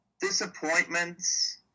Disappointments